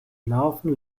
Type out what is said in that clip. larven